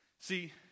See